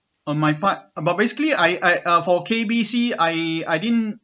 on my part uh but basically I I uh for K_B_C I I didn't